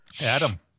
Adam